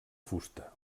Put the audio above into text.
fusta